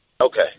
Okay